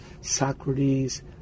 Socrates